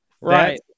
Right